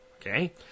Okay